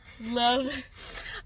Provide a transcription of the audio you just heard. love